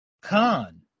Khan